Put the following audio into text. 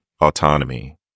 autonomy